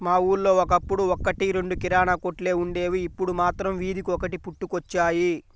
మా ఊళ్ళో ఒకప్పుడు ఒక్కటి రెండు కిరాణా కొట్లే వుండేవి, ఇప్పుడు మాత్రం వీధికొకటి పుట్టుకొచ్చాయి